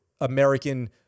American